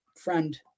friend